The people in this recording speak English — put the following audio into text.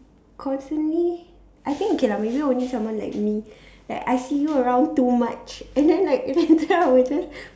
constantly I think okay lah maybe only someone like me like I see you around too much and then like later I will be